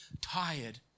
tired